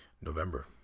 November